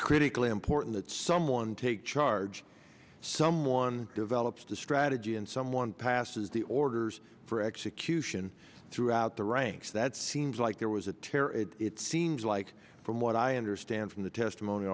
critically important that someone take charge someone develops descried a g and someone passes the orders for execution throughout the ranks that seems like there was a tear it seems like from what i understand from the testimony